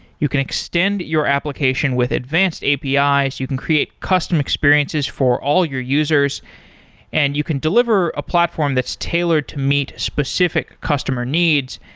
you can extend your application with advanced api, so you can create custom experiences for all your users and you can deliver a platform that's tailored to meet specific customer needs.